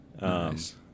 Nice